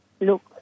look